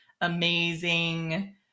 amazing